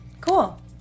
Cool